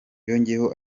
yongeyeho